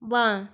বাঁ